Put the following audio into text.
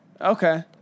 Okay